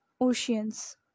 oceans